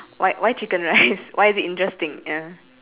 why why chicken rice why is it interesting ya